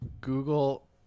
Google